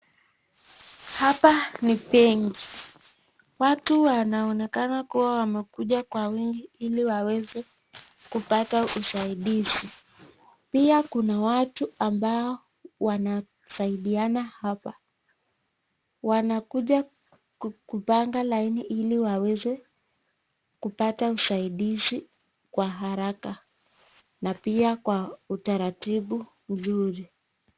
Hapa ni benki. Watu wanaonekana kuwa wamekuja kwa wingi ili waweze kupata usaidizi. Pia kuna watu ambao wanasaidiana hapa. Wanakuja kupanga laini ili wamweze kupata usaidizi kwa haraka na pia kwa utaratibu mzuri.